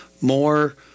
more